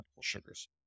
sugars